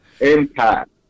impact